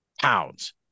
pounds